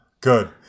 Good